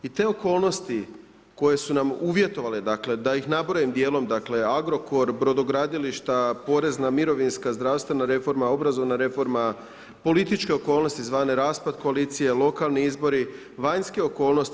I te okolnosti koje su nam uvjetovale dakle da ih nabrojim dijelom, dakle Agrokor, brodogradilišta, porezna mirovinska zdravstvena reforma, obrazovna reforma, političke okolnosti zvane raspad koalicije, lokalni izbori, vanjske okolnosti.